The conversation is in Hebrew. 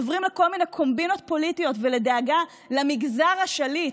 עוברים בכל מיני קומבינות פוליטיות לדאגה למגזר השליט,